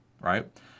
Right